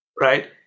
right